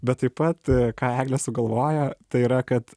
bet taip pat ką eglė sugalvojo tai yra kad